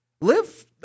Live